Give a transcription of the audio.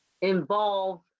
involve